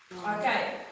okay